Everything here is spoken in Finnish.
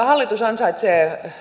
hallitus ansaitsee